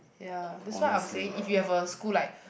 ya this why I am saying if you have a school like